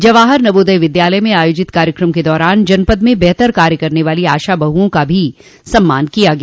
जवाहर नवोदय विद्यालय में आयोजित कार्यक्रम के दौरान जनपद में बेहतर कार्य करने वालो आशा बहुओं को भी सम्मानित किया गया